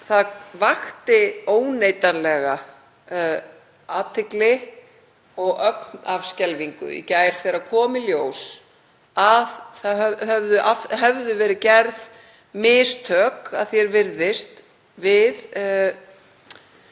Það vakti óneitanlega athygli og ögn af skelfingu í gær þegar kom í ljós að það hefðu verið gerð mistök, að því er virðist, við